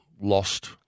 lost